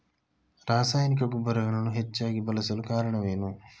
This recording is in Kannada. ರಾಸಾಯನಿಕ ಗೊಬ್ಬರಗಳನ್ನು ಹೆಚ್ಚಾಗಿ ಬಳಸಲು ಕಾರಣವೇನು?